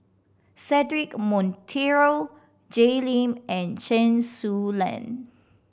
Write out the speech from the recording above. Cedric Monteiro Jay Lim and Chen Su Lan